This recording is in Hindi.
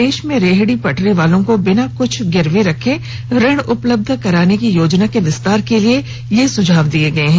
देश में रेहडी पटरी वालों को बिना कुछ गिरवी रखे ऋण उपलब्ध कराने की योजना के विस्तार के लिए यह सुझाव दिये गये हैं